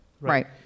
Right